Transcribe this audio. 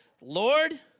Lord